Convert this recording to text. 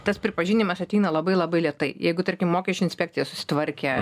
tas pripažinimas ateina labai labai lėtai jeigu tarkim mokesčių inspekcija susitvarkė